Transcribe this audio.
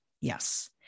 Yes